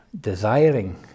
desiring